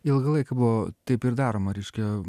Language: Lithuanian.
ilgą laiką buvo taip ir daroma reiškia